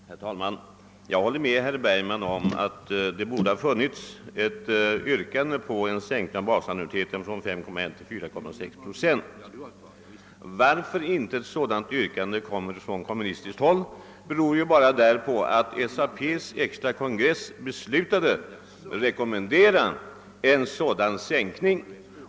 Herr talman! Jag håller med herr Bergman om att det borde ha funnits ett yrkande om en sänkning av basannuiteten från 5,1 till 4,6 procent. Anledningen till att inte ett sådant yrkande framställts från kommunistiskt håll var att SAP:s extra kongress beslutade rekommendera en sådan sänkning.